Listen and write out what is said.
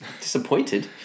disappointed